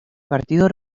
partido